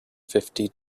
fifty